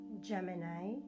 Gemini